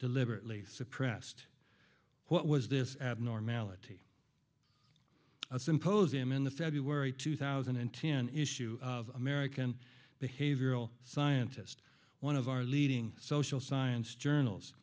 deliberately suppressed what was this abnormality a symposium in the february two thousand and ten issue of american behavioral scientist one of our leading social science journals